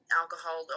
alcohol